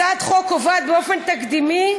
הצעת החוק קובעת באופן תקדימי,